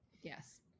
Yes